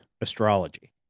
astrology